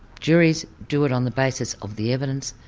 juries do it on the basis of the evidence,